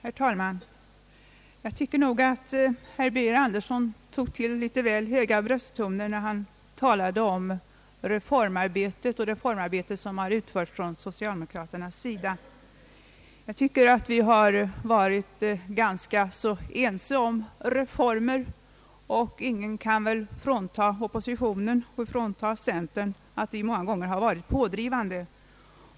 Herr talman! Jag tycker att herr Birger Andersson tog till litet väl höga brösttoner när han talade om det reformarbete som har utförts från socialdemokraternas sida. Vi har varit ganska ense om reformer, och ingen kan väl frånta oppositionen och centern att vi många gånger har varit pådrivande.